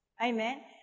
Amen